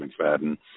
McFadden